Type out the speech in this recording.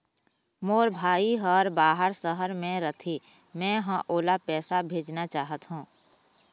मोर भाई हर बाहर शहर में रथे, मै ह ओला पैसा भेजना चाहथों